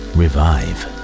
revive